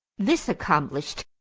this accomplished,